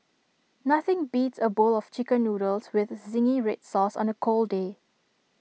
nothing beats A bowl of Chicken Noodles with Zingy Red Sauce on A cold day